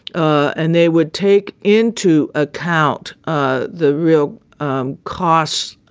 and they would take into account ah the real um costs